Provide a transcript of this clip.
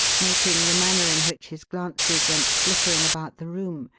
noting the manner in which his glances went flickering about the room,